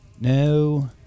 No